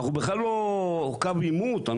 אנחנו בכלל לא קו עימות,